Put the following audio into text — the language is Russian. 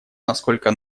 насколько